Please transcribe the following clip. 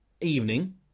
evening